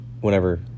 Whenever